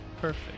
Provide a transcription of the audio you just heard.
Perfect